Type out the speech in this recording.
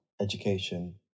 education